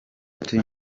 ati